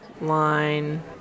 line